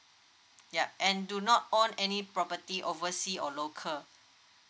yup and do not own any property oversea or local